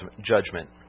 judgment